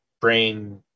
brain